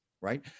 right